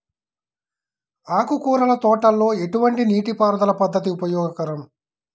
ఆకుకూరల తోటలలో ఎటువంటి నీటిపారుదల పద్దతి ఉపయోగకరం?